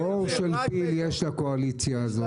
עור של פיל יש לקואליציה הזאת.